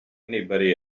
anybody